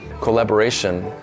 collaboration